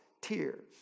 tears